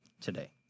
today